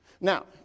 Now